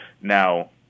Now